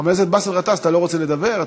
חבר הכנסת באסל גטאס, אתה לא רוצה לדבר?